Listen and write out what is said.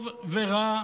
טוב ורע,